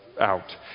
Out